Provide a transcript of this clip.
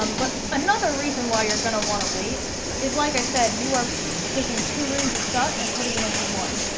um but another reason why you're gonna want to wait is like i said you are taking two rooms of stuff and putting it into one.